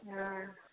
हँ